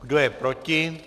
Kdo je proti?